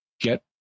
get